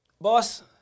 Boss